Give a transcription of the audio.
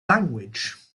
language